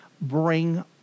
bring